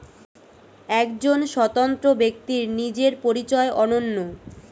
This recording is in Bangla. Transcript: একজন স্বতন্ত্র ব্যক্তির নিজের পরিচয় অনন্য